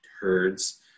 herds